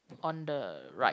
on the right